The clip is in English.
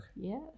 Yes